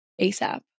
asap